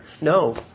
No